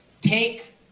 take